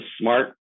smart